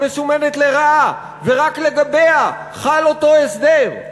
ורק לגביה חל אותו הסדר.